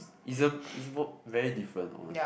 it's it's a it's very different honest